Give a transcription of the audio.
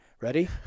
Ready